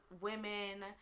women